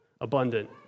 abundant